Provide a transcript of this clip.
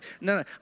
no